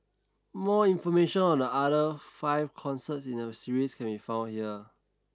more information on the other five concerts in the series can be found here